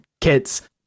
kits